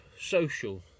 social